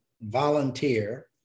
volunteer